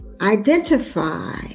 identify